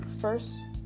first